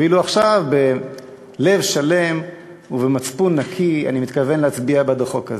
ואילו עכשיו בלב שלם ובמצפון נקי אני מתכוון להצביע בעד החוק הזה,